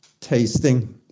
tasting